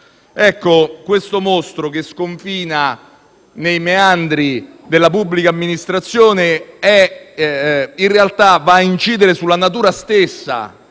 questo mostro che sconfina nei meandri della pubblica amministrazione, in realtà, incide sulla natura stessa